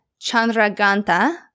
Chandraganta